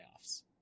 playoffs